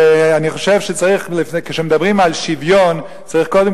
ואני חושב שכשמדברים על שוויון צריך קודם